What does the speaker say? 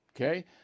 okay